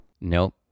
Nope